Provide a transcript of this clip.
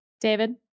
David